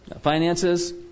Finances